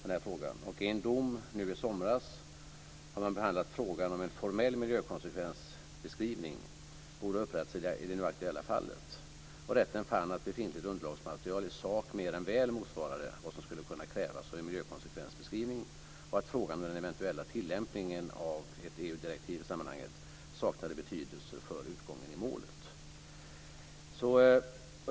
I en dom nu i somras har man behandlat frågan om huruvida en formell miljökonsekvensbeskrivning borde ha upprättats i det nu aktuella fallet. Rätten fann att befintligt underlagsmaterial i sak mer än väl motsvarade vad som skulle kunna krävas av en miljökonsekvensbeskrivning och att frågan om den eventuella tillämpningen av ett EU-direktiv i sammanhanget saknade betydelse för utgången i målet.